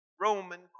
Roman